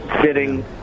Sitting